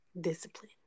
discipline